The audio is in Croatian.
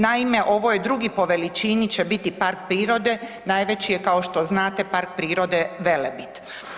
Naime, ovo je drugi po veličini će biti park prirode, najveći je kao što znate Park prirode Velebit.